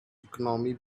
economy